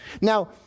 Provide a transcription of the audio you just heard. Now